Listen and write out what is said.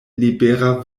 libera